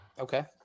Okay